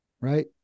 right